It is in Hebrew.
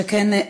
שכן,